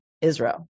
Israel